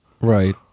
right